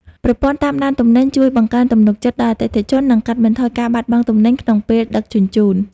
ប្រព័ន្ធតាមដានទំនិញជួយបង្កើនទំនុកចិត្តដល់អតិថិជន និងកាត់បន្ថយការបាត់បង់ទំនិញក្នុងពេលដឹកជញ្ជូន។